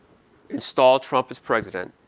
install trump as president,